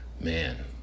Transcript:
Man